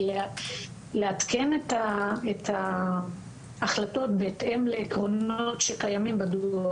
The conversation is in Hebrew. לעדכן את ההחלטות בהתאם לעקרונות שקיימים בדוח.